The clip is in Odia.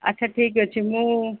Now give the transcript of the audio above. ଆଚ୍ଛା ଠିକ୍ ଅଛି ମୁଁ